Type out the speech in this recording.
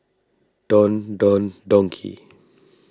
Don Don Donki